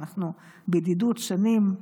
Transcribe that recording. ואנחנו בידידות שנים,